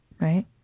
right